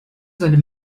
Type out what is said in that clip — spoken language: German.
seine